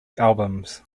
albums